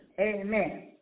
Amen